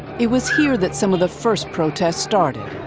it was here that some of the first protests started.